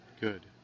good